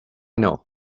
know